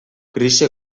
krisi